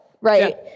right